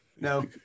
no